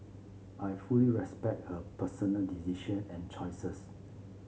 I fully respect her personal decision and choices